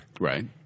Right